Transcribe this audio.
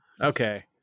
Okay